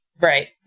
right